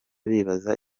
bibaza